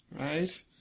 Right